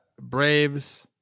Braves